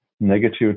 negative